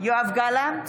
יואב גלנט,